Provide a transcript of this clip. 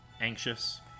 anxious